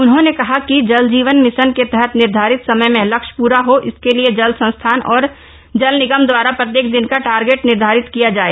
उन्होंने कहा कि जल जीवन मिशन के तहत निर्धारित समय में लक्ष्य पुरा हो इसके लिए जल संस्थान और जल निगम दवारा प्रत्येक दिन का टारगेट निर्धारित किया जाए